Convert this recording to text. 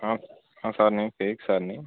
sir నేను physics sir ని